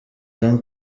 jean